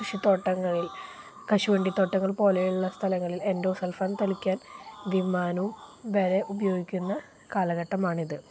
കൃഷിത്തോട്ടങ്ങളിൽ കശുവണ്ടിത്തോട്ടങ്ങൾ പോലെയുള്ള സ്ഥലങ്ങളിൽ എന്റോസൽഫാൻ തളിക്കാൻ വിമാനവും വരെ ഉപയോഗിക്കുന്ന കാലഘട്ടമാണിത്